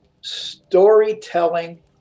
storytelling